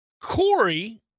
Corey